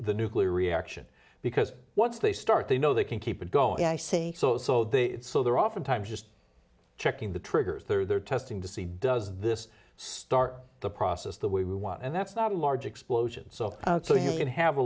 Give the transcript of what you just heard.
the nuclear reaction because once they start they know they can keep it going i say so so they so they're oftentimes just checking the triggers they're testing to see does this start the process the way we want and that's not a large explosion so so you could have a